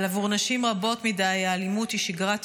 אבל עבור נשים רבות מדי האלימות היא שגרת יומן,